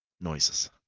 noises